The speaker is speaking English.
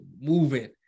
moving